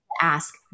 Ask